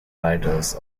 writers